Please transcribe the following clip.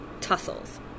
tussles